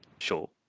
Sure